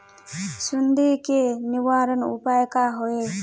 सुंडी के निवारण उपाय का होए?